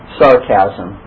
sarcasm